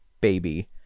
baby